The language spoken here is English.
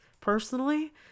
personally